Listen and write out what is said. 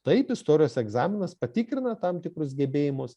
taip istorijos egzaminas patikrina tam tikrus gebėjimus